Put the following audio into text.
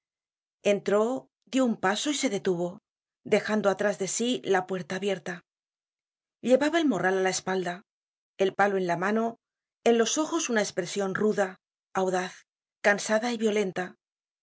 entró dió un paso y se detuvo dejando detrás de sí la puerta abierta llevaba el morral á la espalda el palo en la mano en los ojos una espresion ruda audaz cansada y violenta